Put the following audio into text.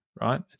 Right